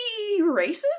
racist